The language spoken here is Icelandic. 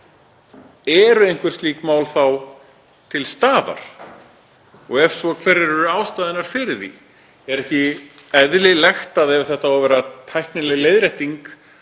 Eru einhver slík mál þá til staðar. Og ef svo er, hverjar eru ástæðurnar fyrir því? Er ekki eðlilegt ef þetta á að vera tæknileg leiðrétting